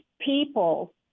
people